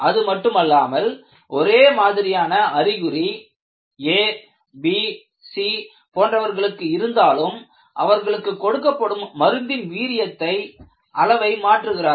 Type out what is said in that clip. அதுமட்டுமல்லாமல் ஒரே மாதிரியான அறிகுறி A B C போன்றவர்களுக்கு இருந்தாலும் அவர்களுக்கு கொடுக்கப்படும் மருந்தின் வீரியத்தை அளவை மாற்றுகிறார்கள்